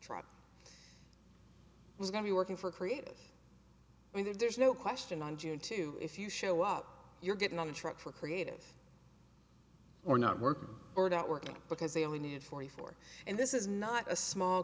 truck was going to be working for creative when there's no question on june two if you show up you're getting on the truck for creative or not working or that working because they only need forty four and this is not a small